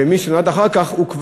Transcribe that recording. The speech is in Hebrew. ומי שנולד אחר כך,